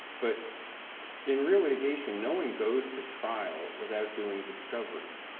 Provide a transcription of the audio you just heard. but in relitigation, no one goes to trial without doing discovery.